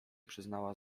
przyznała